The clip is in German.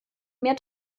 mehr